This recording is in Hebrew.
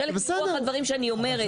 חלק מרוח הדברים שאני אומרת --- בסדר.